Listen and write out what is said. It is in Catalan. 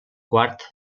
quart